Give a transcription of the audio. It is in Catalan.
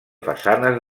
façanes